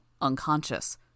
Unconscious